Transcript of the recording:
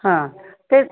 हा ते